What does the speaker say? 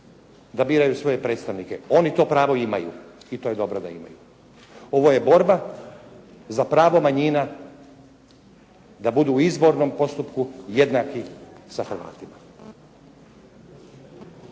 da biraju svoje predstavnike. Oni to pravo imaju i to je dobro da imaju. Ovo je borba za pravo manjina da budu u izbornom postupku jednaki sa Hrvatima.